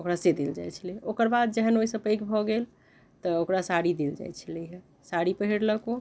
ओकरा से देल जाइत छेलै ओकर बाद जखन ओहि से पैघ भऽ गेल तऽ ओकरा साड़ी देल जाइत छलै हँ साड़ी पहिरलक ओ